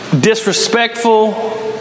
disrespectful